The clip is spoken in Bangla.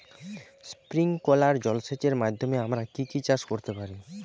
স্প্রিংকলার জলসেচের মাধ্যমে আমরা কি কি চাষ করতে পারি?